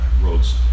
roads